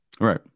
Right